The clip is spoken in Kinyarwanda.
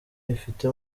ifite